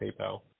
PayPal